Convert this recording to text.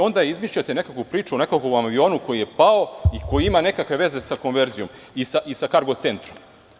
Onda izmišljate nekakvu priču o nekom avionu koji je pao i koji ima nekakve veze sa konverzijom i sa kargo centrom.